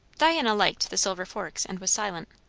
diana liked the silver forks, and was silent.